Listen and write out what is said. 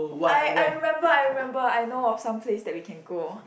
I I remember I remember I know of some place that we can go